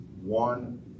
one